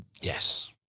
Yes